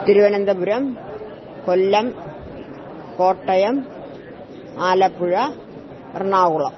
Thiruvananthapuram Kollam Kottayam Alappuzha Ernakulam